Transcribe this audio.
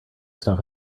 stuff